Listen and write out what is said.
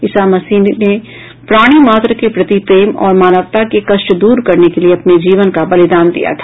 ईसा मसीह ने प्राणी मात्र के प्रति प्रेम और मानवता के कष्ट दूर करने के लिए अपने जीवन का बलिदान दिया था